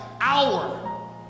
hour